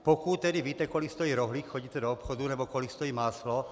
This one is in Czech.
Pokud tedy víte, kolik stojí rohlík, chodíte do obchodu, nebo kolik stojí máslo.